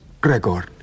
Gregor